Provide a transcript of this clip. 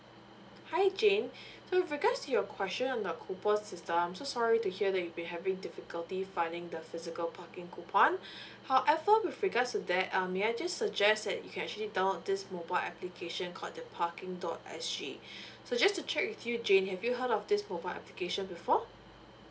hi jane so with regards to your question on the coupon system I'm so sorry to hear that you're having difficulty finding the physical parking coupon however with regards to that um may I just suggest that you can actually download this mobile application called the parking dot s g so just to check with you jane have you heard of this mobile application before